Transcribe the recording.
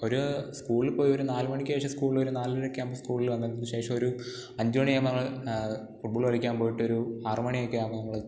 ഒരു സ്കൂളിൽ പോയി ഒരു നാല് മണിക്കു ശേഷം സ്കൂളിലൊരു നാലരയൊക്കെ ആകുമ്പം സ്കൂളിൽ നിന്നു വന്നതിനു ശേഷം ഒരു അഞ്ച് മണി ആകുമ്പം നമ്മൾ ഫുട് ബോൾ കളിക്കാൻ പോയിട്ടൊരു ആറ് മണിയൊക്കെ ആകുമ്പം നമ്മൾ